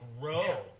grow